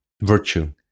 virtue